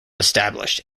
established